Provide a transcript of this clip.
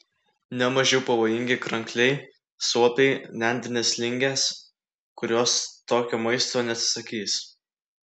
ne mažiau pavojingi krankliai suopiai nendrinės lingės kurios tokio maisto neatsisakys